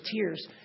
tears